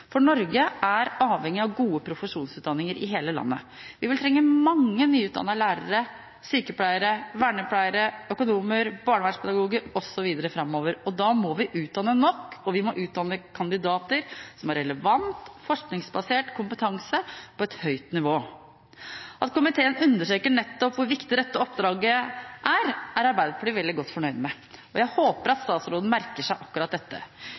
For Norge er avhengig av gode profesjonsutdanninger i hele landet. Vi vil trenge mange nyutdannede lærere, sykepleiere, vernepleiere, økonomer, barnevernspedagoger osv. framover. Da må vi utdanne nok, og vi må utdanne kandidater som har relevant, forskningsbasert kompetanse på et høyt nivå. At komiteen understreker nettopp hvor viktig dette oppdraget er, er Arbeiderpartiet veldig godt fornøyd med, og jeg håper at statsråden merker seg akkurat dette.